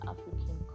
African